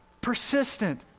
persistent